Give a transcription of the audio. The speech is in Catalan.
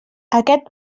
aquest